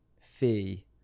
fee